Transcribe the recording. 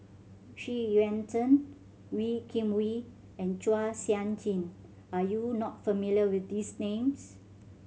Xu Yuan Zhen Wee Kim Wee and Chua Sian Chin are you not familiar with these names